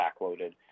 backloaded